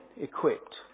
equipped